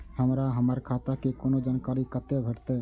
हमरा हमर खाता के कोनो जानकारी कते भेटतै